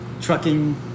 trucking